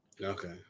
Okay